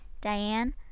Diane